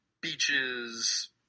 beaches